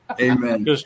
amen